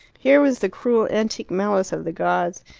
here was the cruel antique malice of the gods,